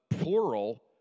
plural